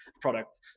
product